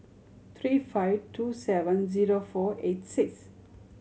three five two seven zero four eight six